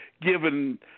given